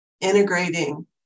integrating